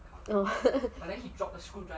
oh